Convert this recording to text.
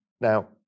Now